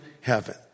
heaven